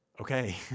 Okay